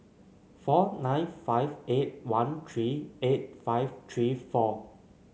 four nine five eight one three eight five three four